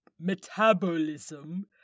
Metabolism-